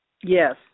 Yes